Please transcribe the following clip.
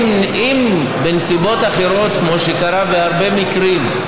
בנסיבות אחרות, כמו שקרה בהרבה מקרים,